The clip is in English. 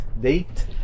date